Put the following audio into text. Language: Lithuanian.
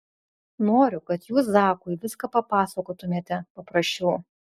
noriu kad jūs zakui viską papasakotumėte paprašiau